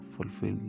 fulfill